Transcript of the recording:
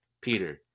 Peter